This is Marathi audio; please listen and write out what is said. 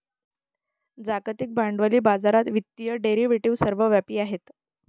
जागतिक भांडवली बाजारात वित्तीय डेरिव्हेटिव्ह सर्वव्यापी आहेत